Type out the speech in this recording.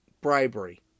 bribery